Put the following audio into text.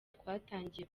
twatangiye